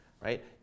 right